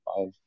five